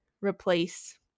replace